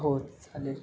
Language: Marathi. हो चालेल